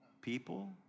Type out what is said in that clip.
people